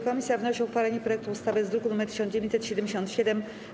Komisja wnosi o uchwalenie projektu ustawy z druku nr 1977.